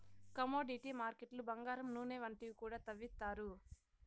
commodity మార్కెట్లు బంగారం నూనె వంటివి కూడా తవ్విత్తారు